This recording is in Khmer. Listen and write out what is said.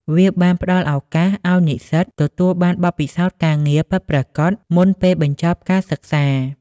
វាបានផ្តល់ឱកាសឱ្យនិស្សិតទទួលបានបទពិសោធន៍ការងារពិតប្រាកដមុនពេលបញ្ចប់ការសិក្សា។